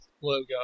logo